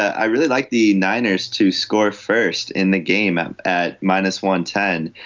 i really like the niners to score first in the game at minus one ten.